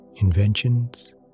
inventions